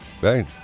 Right